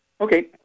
Okay